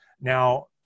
Now